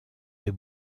des